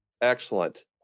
Excellent